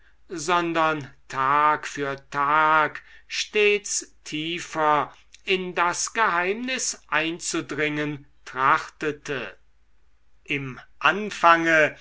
sondern tag für tag stets tiefer in das geheimnis einzudringen trachtete im anfange